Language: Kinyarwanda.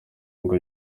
ngo